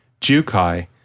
Jukai